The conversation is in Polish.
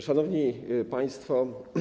Szanowni Państwo!